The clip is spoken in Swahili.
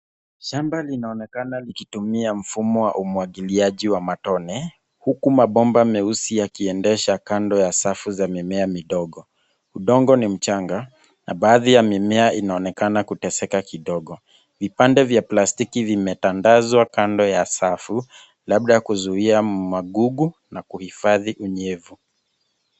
Shamba linaonekana likitumia mfumo wa umwagiliaji wa matone, huku mabomba meusi yakiendesha kando ya safu za mimea midogo. Udongo ni mchanga na baadhi ya mimea inaonekana kuteseka kidogo. Vipande vya plastiki vimetandazwa kando ya safu, labda kuzuia magugu na kuhifadhi unyevu.